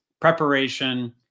preparation